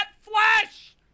flesh